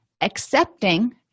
accepting